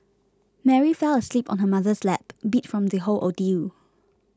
Mary fell asleep on her mother's lap beat from the whole ordeal